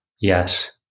yes